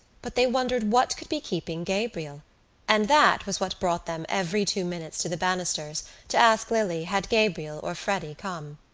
but they wondered what could be keeping gabriel and that was what brought them every two minutes to the banisters to ask lily had gabriel or freddy come.